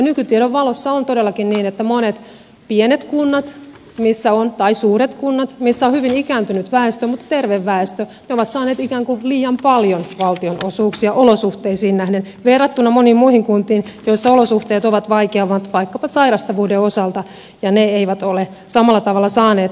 nykytilan valossa on todellakin niin että monet pienet tai suuret kunnat missä on hyvin ikääntynyt mutta terve väestö ovat saaneet ikään kuin liian paljon valtionosuuksia olosuhteisiin nähden verrattuna moniin muihin kuntiin joissa olosuhteet ovat vaikeammat vaikkapa sairastavuuden osalta ja ne eivät ole samalla tavalla saaneet rahoitusta